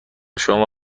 شما